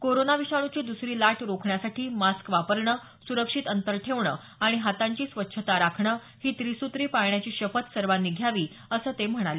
corona विषाणूची द्सरी लाट रोखण्यासाठी मास्क वापरणं सुरक्षित अंतर ठेवणं आणि हातांची स्वच्छता राखणं ही त्रिसूत्री पाळण्याची शपथ सर्वांनी घ्यावी असं ते म्हणाले